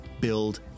Build